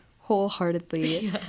wholeheartedly